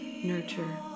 nurture